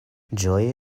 ĝoje